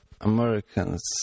Americans